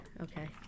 Okay